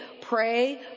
pray